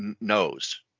knows